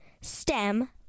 stem